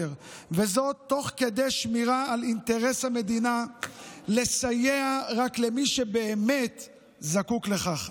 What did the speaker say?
תוך כדי שמירה על אינטרס המדינה לסייע רק למי שבאמת זקוק לכך,